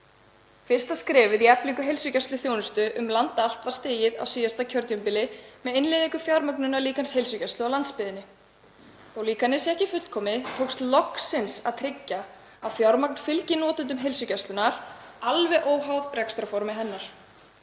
Fyrsta skrefið í eflingu heilsugæsluþjónustu um land allt var stigið á síðasta kjörtímabili með innleiðingu fjármögnunarlíkans heilsugæslu á landsbyggðinni. Þótt líkanið sé ekki fullkomið tókst loksins að tryggja að fjármagn fylgi notendum heilsugæslunnar alveg óháð rekstrarformi hennar.